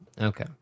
Okay